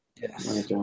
Yes